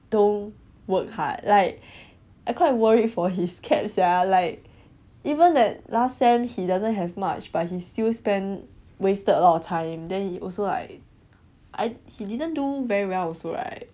don't work hard like I quite worried for his CAP sia like even that last sem he doesn't have much but he still spend wasted a lot of time then he also like I he didn't do very well also right